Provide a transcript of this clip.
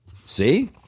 See